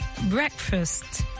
breakfast